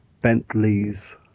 Bentley's